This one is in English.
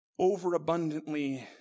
overabundantly